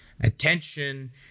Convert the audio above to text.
attention